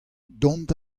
dont